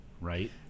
right